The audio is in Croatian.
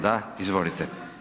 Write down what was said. Da, izvolite.